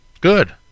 Good